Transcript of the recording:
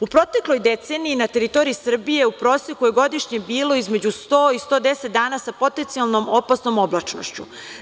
U protekloj deceniji na teritoriji Srbije u proseku je godišnje bilo između 100 i 110 dana sa potencijalnom opasnom oblačnošću.